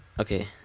Okay